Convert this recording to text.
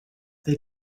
they